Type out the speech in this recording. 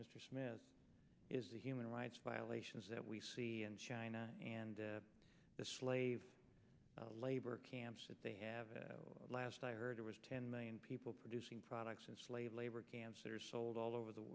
mr smith is the human rights violations that we see and china and the slave labor camps that they have last i heard it was ten million people producing products and slave labor camps that are sold all over the